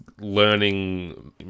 learning